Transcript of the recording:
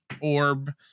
orb